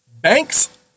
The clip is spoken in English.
Banks